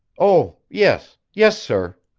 oh. yes. yes sir.